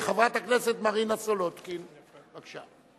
של חברי הכנסת זאב אלקין וציון פיניאן,